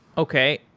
okay.